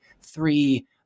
three